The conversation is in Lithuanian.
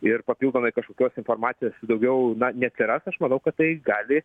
ir papildomai kažkokios informacijos vis daugiau na neatsiras aš manau kad tai gali